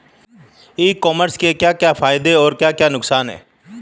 ई commerce के क्या क्या फायदे और क्या क्या नुकसान है?